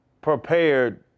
prepared